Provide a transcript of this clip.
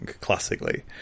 classically